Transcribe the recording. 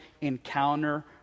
encounter